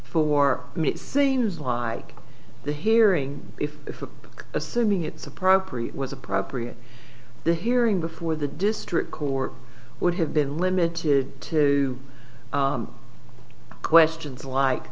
for me it seems like the hearing if assuming it's appropriate was appropriate the hearing before the district court would have been limited to questions like